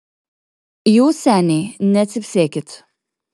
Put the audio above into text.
jūs seniai necypsėkit